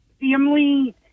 family